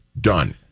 done